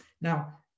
Now